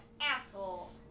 asshole